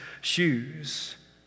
shoes